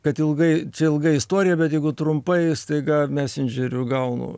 kad ilgai čia ilga istorija bet jeigu trumpai staiga mesendžeriu gaunu